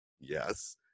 Yes